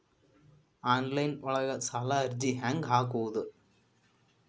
Online ಒಳಗ ಸಾಲದ ಅರ್ಜಿ ಹೆಂಗ್ ಹಾಕುವುದು?